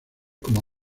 como